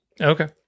Okay